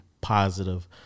positive